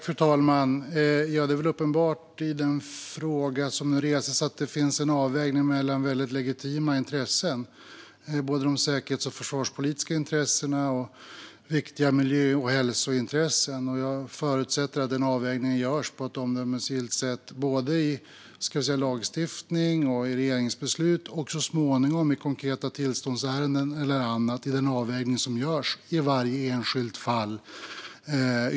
Fru talman! Det är väl uppenbart i denna fråga att det finns en avvägning mellan väldigt legitima intressen - både de säkerhets och försvarspolitiska intressena och viktiga miljö och hälsointressen. Jag förutsätter att denna avvägning görs på ett omdömesgillt sätt, både i lagstiftning och i regeringsbeslut och, så småningom, i konkreta tillståndsärenden och annat, där en avvägning görs i varje enskilt fall.